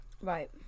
Right